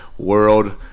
World